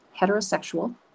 heterosexual